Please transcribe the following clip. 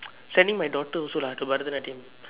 sending my daughter also lah to Bharatanatyam